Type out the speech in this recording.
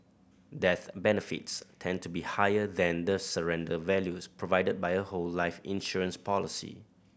death benefits tend to be higher than the surrender values provided by a whole life insurance policy